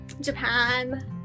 Japan